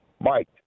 Mike